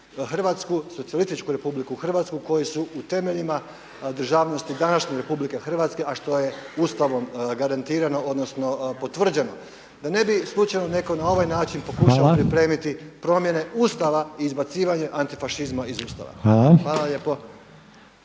Hrvatsku, Socijalističku Republiku Hrvatsku koju su u temeljima državnosti današnje Republike Hrvatske a što je Ustavom garantirano odnosno potvrđeno, da ne bi netko slučajno na ovaj način pokušao pripremiti promjene Ustava i izbacivanje antifašizma iz Ustava. Hvala lijepo.